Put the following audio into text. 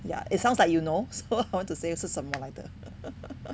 ya it sounds like you know so how to say 是什么来的